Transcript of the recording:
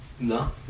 No